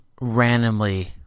randomly